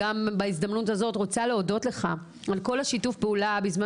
בהזדמנות זו אני רוצה להודות לך על כל שיתוף הפעולה בזמן